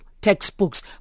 textbooks